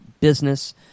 business